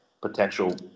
potential